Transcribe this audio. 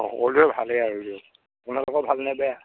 সকলোৰে ভালেই আৰু দিয়ক আপোনালোকৰ ভাল নে বেয়া